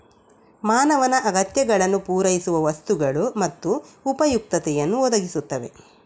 ಮಾನವನ ಅಗತ್ಯಗಳನ್ನು ಪೂರೈಸುವ ವಸ್ತುಗಳು ಮತ್ತು ಉಪಯುಕ್ತತೆಯನ್ನು ಒದಗಿಸುತ್ತವೆ